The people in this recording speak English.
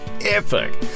epic